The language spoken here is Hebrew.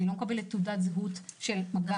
אני לא מקבלת תעודת זהות של מגע.